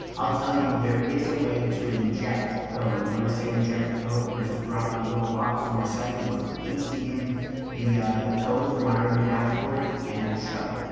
i'll tell you there is a way to inject code and when i say inject code, we're just dropping a little box on your site and we're pasting in the a the code for my review dashboard and it will show.